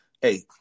hey